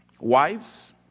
Wives